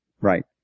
Right